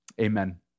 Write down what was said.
Amen